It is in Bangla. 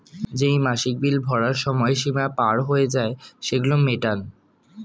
যেই মাসিক বিল ভরার সময় সীমা পার হয়ে যায়, সেগুলো মেটান